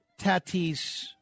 Tatis